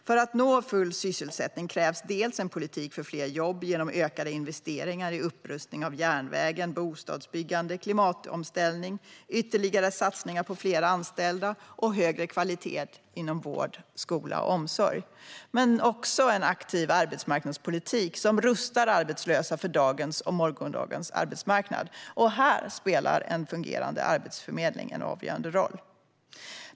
För att nå full sysselsättning krävs dels en politik för fler jobb genom ökade investeringar i upprustning av järnvägen, bostadsbyggande, klimatomställning, ytterligare satsningar på fler anställda och högre kvalitet inom vård, skola och omsorg, dels en aktiv arbetsmarknadspolitik, som rustar arbetslösa för dagens och morgondagens arbetsmarknad. Här spelar en fungerande arbetsförmedling en avgörande roll.